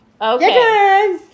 okay